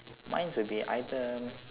mine's would be either